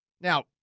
Now